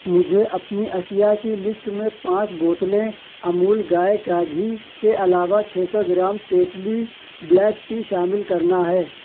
مجھے اپنی اشیا کی لسٹ میں پانچ بوتلیں امول گائے کا گھی کے علاوہ چھ سو گرام ٹیٹلی بلیک ٹی شامل کرنا ہے